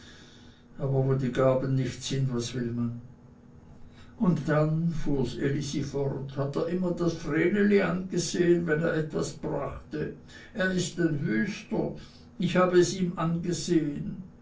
aber wo die gaben nicht sind was will man und dann fuhr ds elisi fort hat er immer das vreneli angesehen wenn es etwas brachte er ist ein wüster ich habe es ihm angesehen